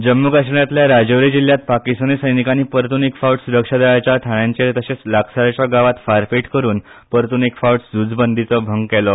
जम्मू काश्मिरातल्या राजौरी जिल्यात पाकिस्तानी सैनिकांनी परतून एक फावट सुरक्षा दळाच्या ठाण्यांचेर तशेच लागसारच्या गावात फारपेट करून परतून एक फावट झूंज बंदीचो भंग केलो